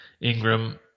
Ingram